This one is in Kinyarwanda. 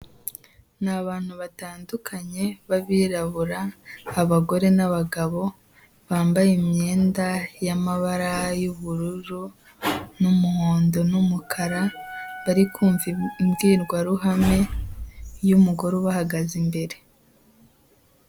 Ni abantu batandukanye b'abirabura, abagore n'abagabo, bambaye imyenda y'amabara y'ubururu n'umuhondo n'umukara, bari kumva imbwirwaruhame y'umugore ubahagaze imbere.